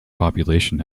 population